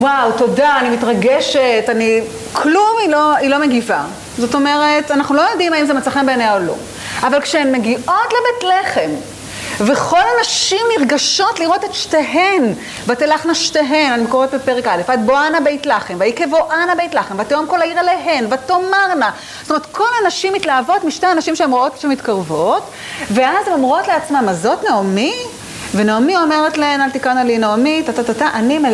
וואו, תודה, אני מתרגשת, אני... כלום, היא לא מגיבה. זאת אומרת, אנחנו לא יודעים האם זה מצא חן בעיניה או לא. אבל כשהן מגיעות לבית לחם, וכל הנשים נרגשות לראות את שתיהן "ותלכנה שתיהן", אני קוראת את פרק א', "עד בואנה בית לחם, ויהי כבואנה בית לחם, ותהום כל העיר עליהן, ותאמרנה". זאת אומרת, כל הנשים מתלהבות משתי הנשים שהן רואות שמתקרבות. ואז הן אומרות לעצמן, הזאת נעמי? ונעמי אומרת להן, אל תקראנה לי נעמי, טה טה טה טה, אני מ...